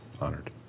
Honored